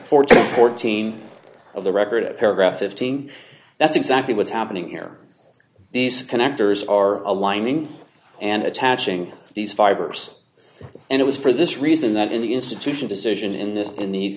to fourteen of the record at paragraph fifteen that's exactly what's happening here these connectors are aligning and attaching these fibers and it was for this reason that in the institution decision in this in the